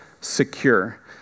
secure